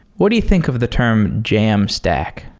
what do you think of the term jamstack